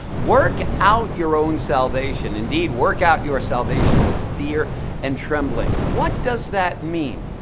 work out your own salvation. indeed, work out your salvation with fear and trembling. what does that mean?